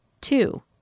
Two